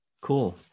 cool